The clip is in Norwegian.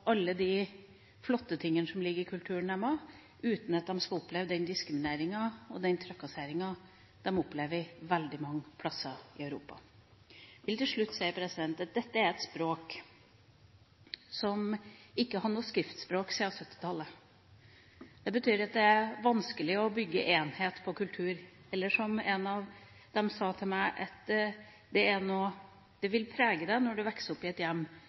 alle de flotte tingene som ligger i kulturen deres, uten at de skal oppleve den diskrimineringa og den trakasseringa de opplever veldig mange plasser i Europa. Jeg vil til slutt si at dette er et folk som ikke hadde noe skriftspråk før på 1970-tallet. Det betyr at det er vanskelig å bygge enhet på kultur – eller som en av dem sa til meg: Det vil prege deg når du vokser opp i et hjem